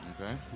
Okay